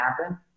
happen